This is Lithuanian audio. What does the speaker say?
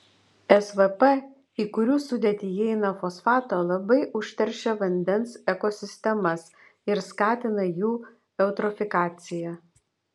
svp į kurių sudėtį įeina fosfato labai užteršia vandens ekosistemas ir skatina jų eutrofikaciją